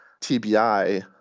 TBI